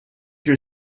your